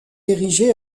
érigés